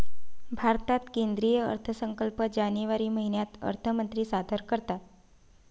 भारतात केंद्रीय अर्थसंकल्प जानेवारी महिन्यात अर्थमंत्री सादर करतात